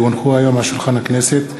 כי הונחו היום על שולחן הכנסת,